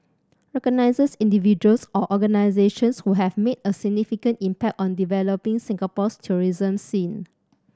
recognises individuals or organisations who have made a significant impact on developing Singapore's tourism scene